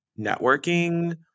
networking